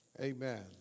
Amen